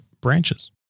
branches